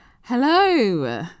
Hello